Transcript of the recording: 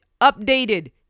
updated